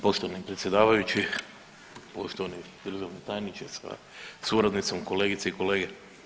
Poštovani predsjedavajući, poštovani državni tajniče sa suradnicom, kolegice i kolege.